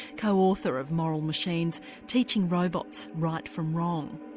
co-author of moral machines teaching robots right from wrong.